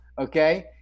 Okay